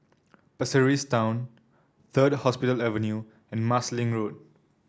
Pasir Ris Town Third Hospital Avenue and Marsiling Road